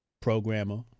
programmer